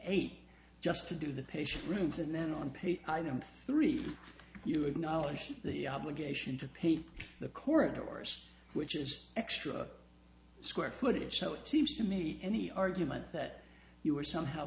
eight just to do the patient rooms and then on page three you acknowledge the obligation to pay the court of course which is extra square footage so it seems to me any argument that you were somehow